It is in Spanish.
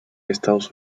estados